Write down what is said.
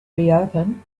reopen